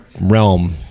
realm